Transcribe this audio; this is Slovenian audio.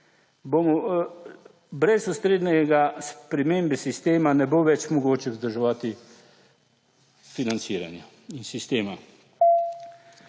brez ustrezne(?) spremembe sistema ne bo več mogoče vzdrževati financiranja in sistema.